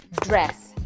dress